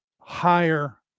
higher